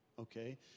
Okay